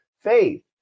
faith